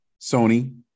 Sony